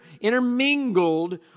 intermingled